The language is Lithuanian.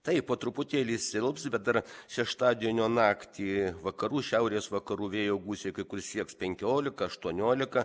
taip po truputėlį silps bet dar šeštadienio naktį vakarų šiaurės vakarų vėjo gūsiai kai kur sieks penkioliką aštuonioliką